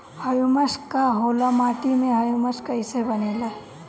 Humus का होला माटी मे ह्यूमस कइसे बनेला?